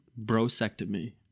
Brosectomy